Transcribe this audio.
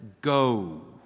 go